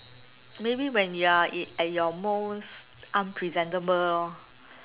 maybe when you are in at your most unpresentable lor